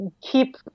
keep